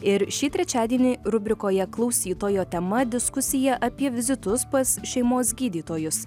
ir šį trečiadienį rubrikoje klausytojo tema diskusija apie vizitus pas šeimos gydytojus